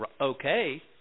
okay